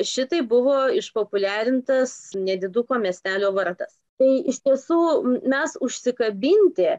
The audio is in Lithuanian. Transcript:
šitaip buvo išpopuliarintas nediduko miestelio vardas tai iš tiesų mes užsikabinti